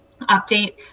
update